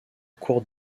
cour